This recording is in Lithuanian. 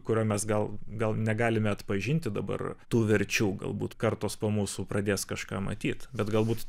kurio mes gal gal negalime atpažinti dabar tų verčių galbūt kartos po mūsų pradės kažką matyt bet galbūt